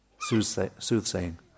soothsaying